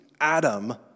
Adam